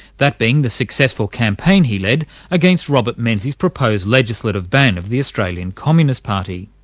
that being the successful campaign he led against robert menzies' proposed legislative ban of the australian communist party.